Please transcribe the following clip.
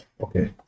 Okay